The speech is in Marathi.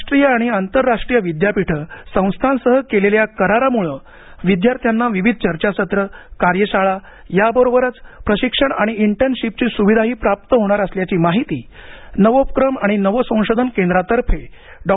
राष्ट्रीय आणि आंतरराष्ट्रीय विद्यापीठे संस्थांसह केलेल्या या करारामुळे विद्यार्थ्यांना विविध चर्चासत्र कार्यशाळा याबरोबरच प्रशिक्षण आणि इंटर्नशीपची सुविधाही प्राप्त होणार असल्याची माहिती नवोपक्रम आणि नवसंशोधन केंद्रातर्फे डॉ